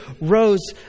rose